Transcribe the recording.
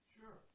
Sure